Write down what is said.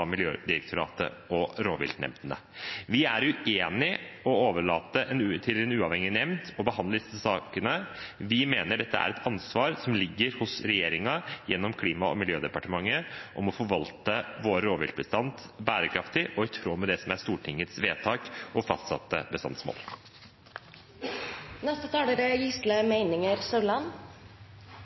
Miljødirektoratet og rovviltnemndene. Vi er uenig i å overlate til en uavhengig nemnd å behandle disse sakene. Vi mener det er et ansvar som ligger hos regjeringen gjennom Klima- og miljødepartementet å forvalte vår rovviltbestand bærekraftig og i tråd med det som er Stortingets vedtak og fastsatte